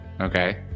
okay